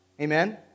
Amen